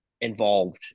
involved